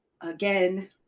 Again